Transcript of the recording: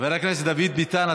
חבר הכנסת דוד ביטן,